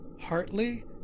Hartley